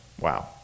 Wow